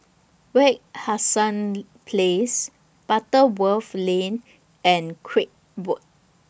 Wak Hassan Place Butterworth Lane and Craig Road